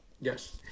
Yes